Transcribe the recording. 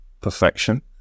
perfection